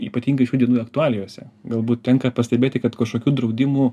ypatingai šių dienų aktualijose galbūt tenka pastebėti kad kažkokių draudimų